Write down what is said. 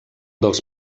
dels